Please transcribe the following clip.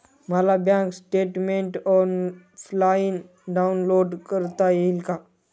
मला bank statement offline download करता येईल का?